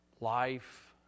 life